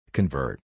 Convert